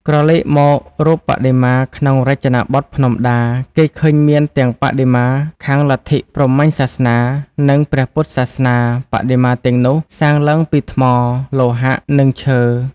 ក្រឡេកមករូបបដិមាក្នុងរចនាបថភ្នំដា គេឃើញមានទាំងបដិមាខាង លទ្ធិព្រហ្មញ្ញសាសនា និង ព្រះពុទ្ធសាសនា បដិមាទាំងនោះសាងឡើងពី ថ្ម លោហៈ និងឈើ។